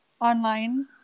online